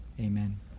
amen